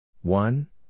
one